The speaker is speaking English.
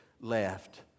left